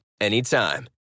anytime